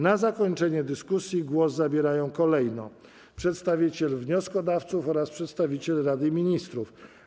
Na zakończenie dyskusji głos zabierają kolejno przedstawiciel wnioskodawców oraz przedstawiciel Rady Ministrów.